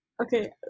Okay